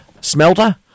smelter